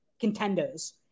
contenders